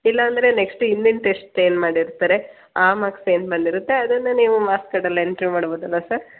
ಇಲ್ಲಾಂದರೆ ನೆಕ್ಸ್ಟು ಹಿಂದಿನ ಟೆಸ್ಟ್ ಏನು ಮಾಡಿರ್ತಾರೆ ಆ ಮಾರ್ಕ್ಸ್ ಏನು ಬಂದಿರುತ್ತೆ ಅದನ್ನೇ ನೀವು ಮಾರ್ಕ್ಸ್ ಕಾರ್ಡಲ್ಲಿ ಎಂಟ್ರಿ ಮಾಡ್ಬೋದಲ್ಲವಾ ಸರ್